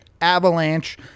avalanche